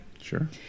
Sure